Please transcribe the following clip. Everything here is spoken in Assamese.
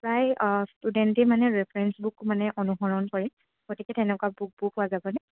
প্ৰায় ষ্টুডেণ্টেই মানে ৰেফাৰেঞ্চ বুক মানে অনুসৰণ কৰে গতিকে তেনেকুৱা বুকবোৰ পোৱা যাবনে